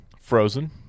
Frozen